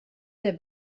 der